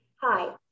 Hi